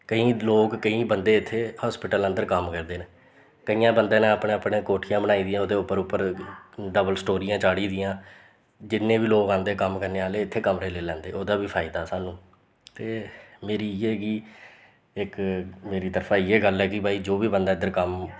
केईं लोक केईं बंदे इत्थें हॉस्पिटल अंदर कम्म करदे केइयें बंदे ने अपने अपने कोठियां बनाई दियां ओह्दे उप्पर उप्पर डबल स्टोरियां चाढ़ी दियां जिन्ने बी लोक आंदे कम्म करने आह्ले इत्थें कमरे लेई लैंदे ओह्दा बी फायदा सानू ते मेरी इ'यै गी इक मेरी तरफा इ'यै गल्ल ऐ कि भई जो बी बंदा इद्धर कम्म